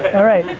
alright.